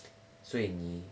所以你